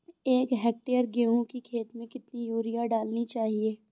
एक हेक्टेयर गेहूँ की खेत में कितनी यूरिया डालनी चाहिए?